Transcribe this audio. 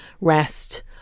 rest